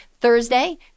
thursday